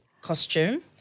costume